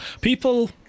People